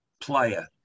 player